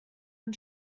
man